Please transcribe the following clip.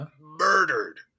murdered